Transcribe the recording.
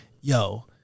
Yo